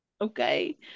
Okay